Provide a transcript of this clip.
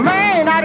Man